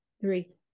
Three